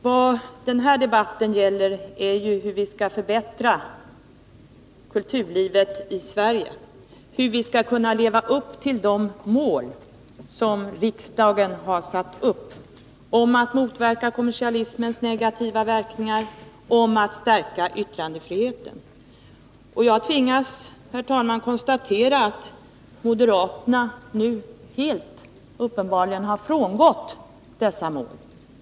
Vad den här debatten gäller är ju hur vi skall förbättra kulturlivet i Sverige, hur vi skall kunna leva upp till de mål som riksdagen har satt upp när det gäller att motverka kommersialismens negativa verkningar och att stärka yttrandefriheten. Jag tvingas, herr talman, konstatera att moderaterna nu uppenbarligen helt har frångått dessa mål.